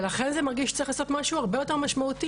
ולכן זה מרגיש שצריך לעשות משהו הרבה יותר משמעותי.